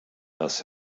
das